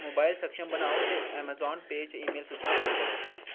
mobile सक्षम बनाओ ते अमेज़ॉन पेऽ च ईमेल सूचनां बंद करो